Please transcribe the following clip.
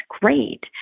great